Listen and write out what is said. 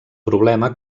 problema